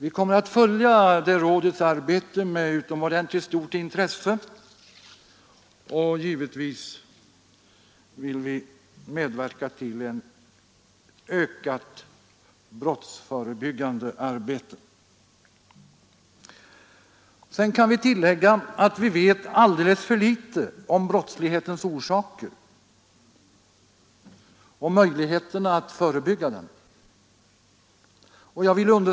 Vi kommer att följa detta råds arbete med utomordentligt stort intresse, och givetvis vill vi därvid medverka till ökade brottsförebyggande insatser. Sedan kan vi tillägga att vi vet alldeles för litet om brottslighetens orsaker och möjligheterna att förebygga den.